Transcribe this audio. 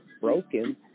broken